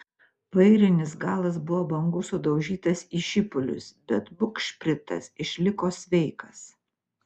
vairinis galas buvo bangų sudaužytas į šipulius bet bugšpritas išliko sveikas